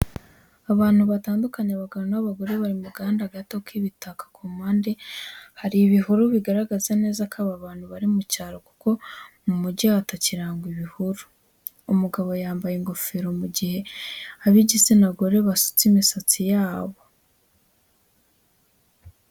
Abantu batandukanye abagabo n'abagore bari mu gahanda gato k'ibitaka. Ku mpande hari ibihuru bigaragaza neza ko aba bantu bari mu cyaro kuko mu mujyi hatakirangwa ibihuru. Umugabo yambaye ingofero mu gihe ab'igitsina gore basutse imisatsi yabo.